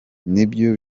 nibyo